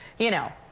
you know,